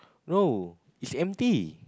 no it's empty